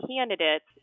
candidates